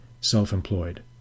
self-employed